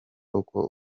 uko